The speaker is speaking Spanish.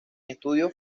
estudio